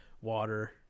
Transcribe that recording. water